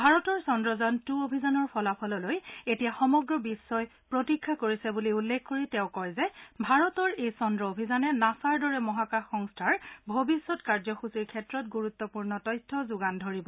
ভাৰতৰ চন্দ্ৰযান টু অভিযানৰ ফলাফললৈ এতিয়া সমগ্ৰ বিশ্বই প্ৰতীক্ষা কৰিছে বুলি উল্লেখ কৰি তেওঁ কয় যে ভাৰতৰ এই চন্দ্ৰ অভিযানে নাছাৰ দৰে মহাকাশ সংস্থাৰ ভৱিষ্যৎ কাৰ্যসূচীৰ ক্ষেত্ৰত ণুৰুত্বপূৰ্ণ তথ্য যোগান ধৰিব